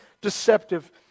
deceptive